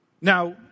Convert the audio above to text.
Now